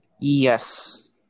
Yes